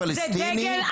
זה דגל פלסטיני.